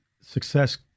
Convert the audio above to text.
success